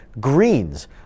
greens